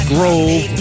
Grove